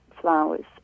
flowers